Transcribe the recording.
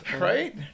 right